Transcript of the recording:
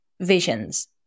visions